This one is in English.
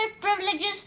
privileges